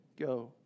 go